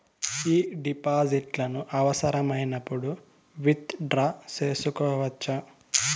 ఈ డిపాజిట్లను అవసరమైనప్పుడు విత్ డ్రా సేసుకోవచ్చా?